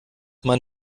man